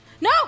No